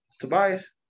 Tobias